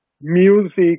music